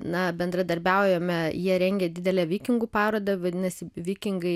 na bendradarbiaujame jie rengia didelę vikingų parodą vadinasi vikingai